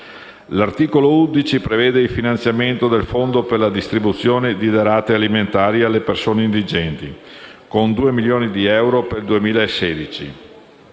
L'articolo 11 prevede il finanziamento del Fondo per la distribuzione di derrate alimentari alle persone indigenti, con 2 milioni di euro per il 2016.